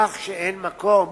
כך שאין עוד מקום